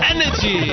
Energy